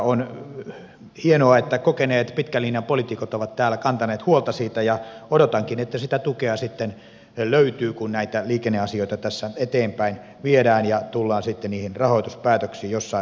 on hienoa että kokeneet pitkän linjan poliitikot ovat täällä kantaneet huolta siitä ja odotankin että sitä tukea sitten löytyy kun näitä liikenneasioita tässä eteenpäin viedään ja tullaan sitten niihin rahoituspäätöksiin jossain vaiheessa